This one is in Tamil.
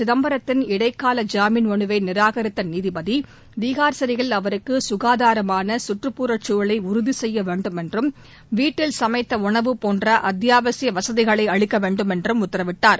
சிதம்பரத்தின் இடைக்கால ஜாமின் மனுவை நிராகரித்த நீதிபதி திகார் சிறையில் அவருக்கு சுகாதாரமான சுற்றுப்புறச் சூழலை உறுதி செய்ய வேண்டும் என்றும்வீட்டில் சமைத்த உணவு போன்ற அத்தியாவசிய வசதிகளை அளிக்க வேண்டுமென்றும் உத்தரவிட்டார்